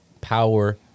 power